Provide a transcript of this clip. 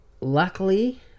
luckily